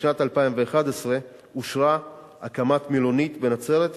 בשנת 2011 אושרה הקמת מלונית בנצרת,